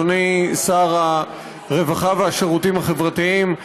אדוני שר הרווחה והשירותים החברתיים,